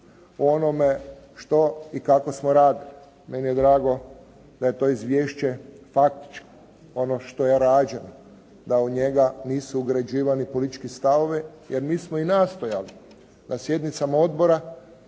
onome što i kako smo radili. Meni je drago da je to izvješće faktički ono što je rađeno, da u njega nisu ugrađivani politički stavovi. Jer, mi smo i nastojali na sjednicama odbora,